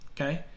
okay